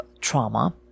trauma